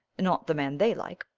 not the man they like,